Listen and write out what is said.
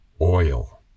oil